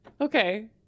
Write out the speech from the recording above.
Okay